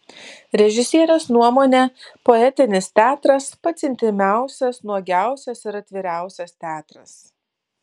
režisierės nuomone poetinis teatras pats intymiausias nuogiausias ir atviriausias teatras